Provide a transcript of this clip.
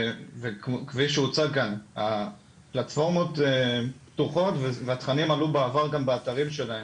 וכפי שהוצג כאן הפלטפורמות פתוחות והתכנים עלו בעבר גם באתרים שלהם,